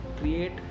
create